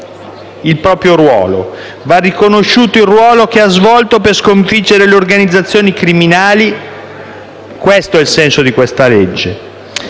A chi testimonia va riconosciuto il ruolo che ha svolto per sconfiggere le organizzazioni criminali. Questo è il senso di questa legge.